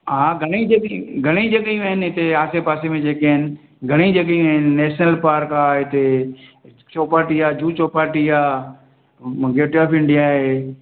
हा घणेई जॻहि घणेई जॻहियूं आहिनि हिते आसे पासे में जेके आहिनि घणेई जॻहियूं आहिनि नैशनल पार्क आहे हिते चौपाटी आहे जुहु चौपाटी आहे गेटवे ऑफ इंडिया आहे